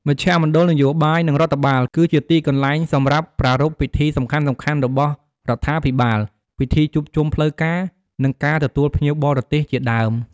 មជ្ឈមណ្ឌលនយោបាយ និងរដ្ឋបាល គឺជាទីកន្លែងសម្រាប់ប្រារព្ធពិធីសំខាន់ៗរបស់រដ្ឋាភិបាល ពិធីជួបជុំផ្លូវការ និងការទទួលភ្ញៀវបរទេសជាដើម។